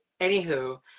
anywho